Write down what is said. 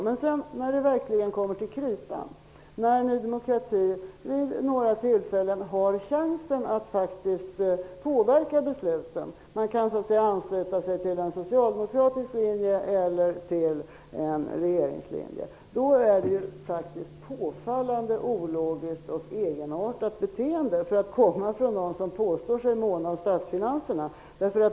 Men när det sedan verkligen kommer till kritan, när Ny demokrati vid några tillfällen haft chansen att faktiskt påverka besluten genom att antingen ansluta sig till en socialdemokratisk linje eller till en regeringslinje, har beteendet varit påfallande ologiskt och egenartat för att komma från någon som påstår sig måna om statsfinanserna.